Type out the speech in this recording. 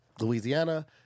Louisiana